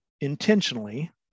intentionally